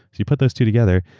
if you put those two together,